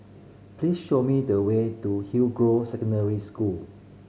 please show me the way to Hillgrove Secondary School